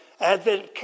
advent